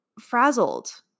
frazzled